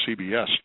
CBS